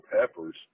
Peppers